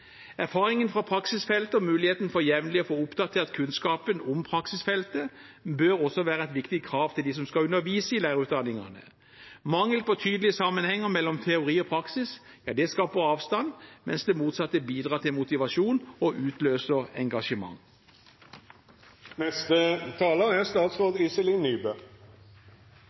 Erfaring fra praksisfeltet og mulighet til jevnlig å få oppdatert kunnskapen om praksisfeltet bør også være et viktig krav til dem som skal undervise i lærerutdanningene. Mangelen på tydelige sammenhenger mellom teori og praksis skaper avstand, mens det motsatte bidrar til motivasjon og utløser